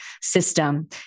system